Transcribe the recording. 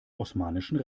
osmanischen